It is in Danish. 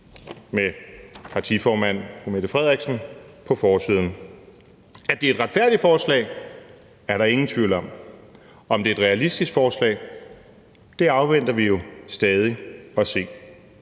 med partiformand fru Mette Frederiksen på forsiden. At det er et retfærdigt forslag, er der ingen tvivl om. Om det er et realistisk forslag, afventer vi jo stadig at se.